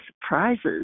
surprises